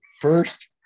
first